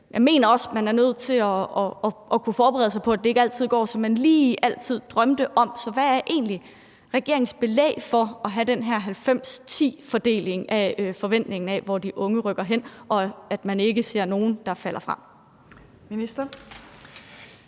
jeg mener også, at man er nødt til at kunne forberede sig på, at det ikke altid går, som man lige drømte om. Så hvad er egentlig regeringens belæg for at have den her 90-10-fordeling i forhold til forventningen öm, hvor de unge rykker hen, og at man ikke ser nogen, der falder fra? Kl.